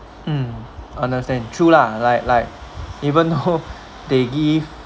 mm understand true lah like like even you know they give